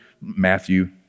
Matthew